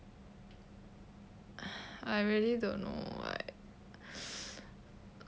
I really don't know why